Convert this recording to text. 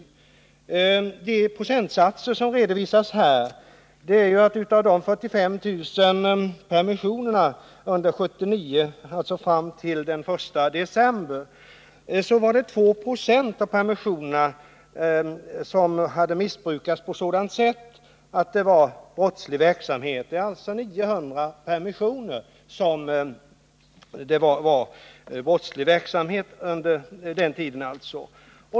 Av den redovisning som justitieministern lämnar i svaret framgår bl.a. att av de 45 000 permissionerna under 1979, fram till den 1 december, var det 2 20 som hade missbrukats och använts för brottslig verksamhet. Det är alltså under 900 permissioner som brottslig verksamhet har bedrivits.